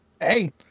hey